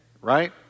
Right